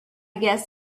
guess